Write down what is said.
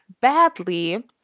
badly